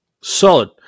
solid